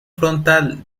frontal